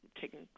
taking